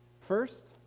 First